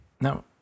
now